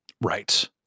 right